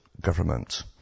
government